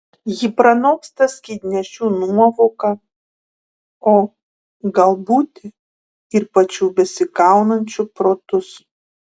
ji pranoksta skydnešių nuovoką o gal būti ir pačių besikaunančių protus